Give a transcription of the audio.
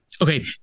okay